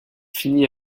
finit